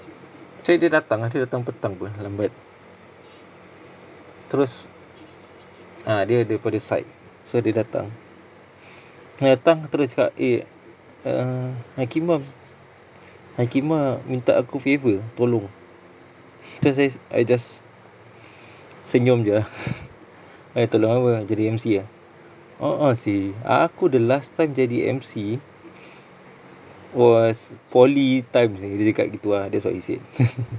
tadi dia datang ah dia datang petang [pe] lambat terus a'ah dia daripada site so dia datang dia datang terus dia cakap eh uh hakimmah hakimmah minta aku favour tolong terus saya I just senyum jer ah tanya tolong apa jadi emcee eh a'ah seh aku the last time jadi emcee was poly time seh dia cakap gitu ah that's what he said